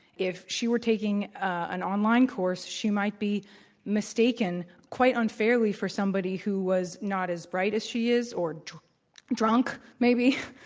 if she were taking an online course she might be mistaken quite unfairly for somebody who was not as bright as she is or drunk maybe,